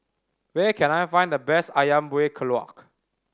where can I find the best Ayam Buah Keluak